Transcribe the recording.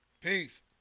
Peace